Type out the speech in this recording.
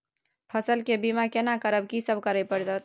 फसल के बीमा केना करब, की सब करय परत?